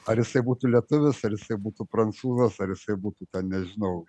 ar jisai būtų lietuvis ar jisai būtų prancūzas ar jisai būtų ten nežinau